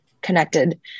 connected